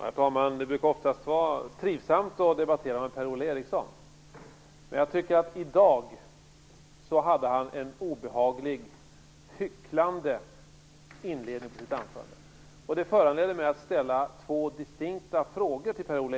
Herr talman! Det brukar oftast vara trivsamt att debattera med Per-Ola Eriksson, men jag tycker att han hade en obehaglig hycklande inledning till sitt anförande i dag. Det föranleder mig att ställa två distinkta frågor till honom.